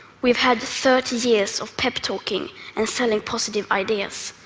we've had thirty years of pep-talking and selling positive ideas.